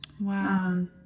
Wow